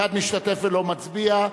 אחד משתתף ולא מצביע.